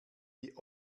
die